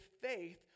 faith